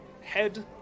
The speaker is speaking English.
head